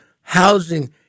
housing